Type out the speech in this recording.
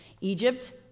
Egypt